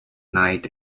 night